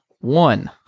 One